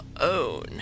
own